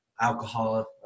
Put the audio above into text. alcohol